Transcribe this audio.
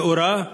הנאורה,